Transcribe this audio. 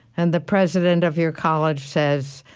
and the president of your college says,